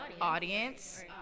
audience